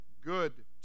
good